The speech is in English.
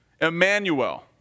Emmanuel